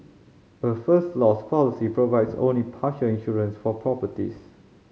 a First Loss policy provides only partial insurance for properties